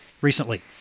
recently